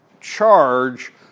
charge